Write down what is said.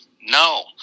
no